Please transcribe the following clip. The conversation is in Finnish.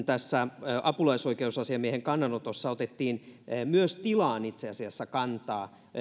tässä apulaisoikeusasiamiehen kannanotossa otettiin myös tilaan itse asiassa kantaa